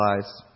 lies